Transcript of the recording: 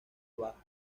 bajas